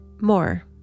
More